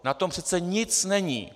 Na tom přece nic není.